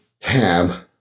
tab